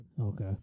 Okay